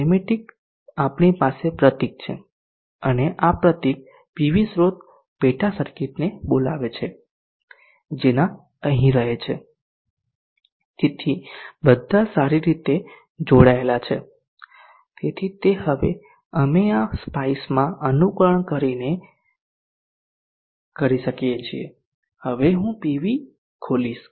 Semitic આપણી પાસે પ્રતીક છે અને આ પ્રતીક પીવી સ્ત્રોત પેટા સર્કિટને બોલાવે છે જેના અહીં રહે છે તેથી બધા સારી રીતે જોડાયેલા છે તેથી તે હવે અમે આ SPICEમાં અનુકરણ કરી શકીએ છીએ હવે હું પીવી ખોલીશ